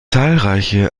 zahlreiche